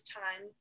time